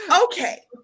Okay